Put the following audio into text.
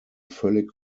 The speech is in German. völlig